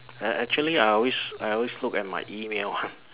ac~ actually I always I always look at my email [one]